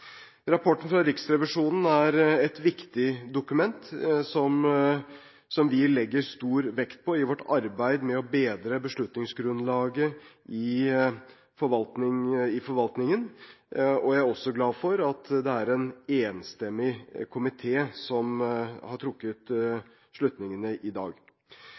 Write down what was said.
Rapporten fra Riksrevisjonen er et viktig dokument som vi legger stor vekt på i vårt arbeid med å bedre beslutningsgrunnlaget i forvaltningen, og jeg er også glad for at det er en enstemmig komité som har trukket slutningene i dag.